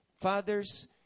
fathers